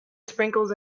sprinkles